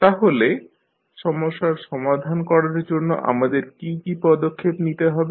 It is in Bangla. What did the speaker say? তাহলে সমস্যার সমাধান করার জন্য আমাদের কী কী পদক্ষেপ নিতে হবে